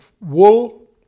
wool